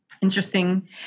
interesting